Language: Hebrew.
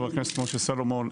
חבר הכנסת משה סולומון,